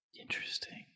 Interesting